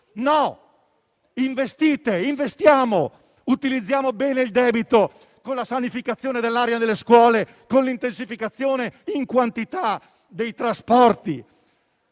No! Investite e investiamo, utilizziamo bene il debito, con la sanificazione dell'area delle scuole e con l'intensificazione, in termini quantitativi, dei trasporti!